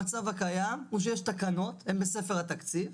המצב הקיים הוא שיש תקנות, הן בספר התקציב.